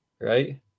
Right